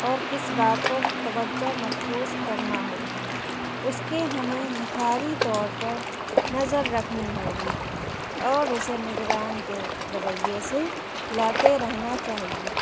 اور کس بات پر توجہ مرکوز کرنا ہوگی اس کے ہمیں نکھاری طور پر نظر رکھنی ہوگی اور اسے نگران کے رویے سے لاتے رہنا چاہیے